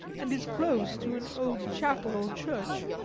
and is close to an old chapel or church.